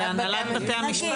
להנהלת בתי המשפט.